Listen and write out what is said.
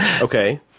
Okay